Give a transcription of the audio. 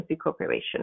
cooperation